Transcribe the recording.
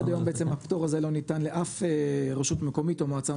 עד היום הפטור הזה לא ניתן לאף רשות מקומית או מועצה